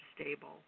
stable